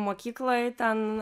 mokykloj ten